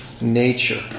nature